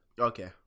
okay